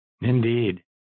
Indeed